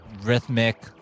Rhythmic